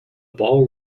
ball